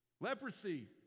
Leprosy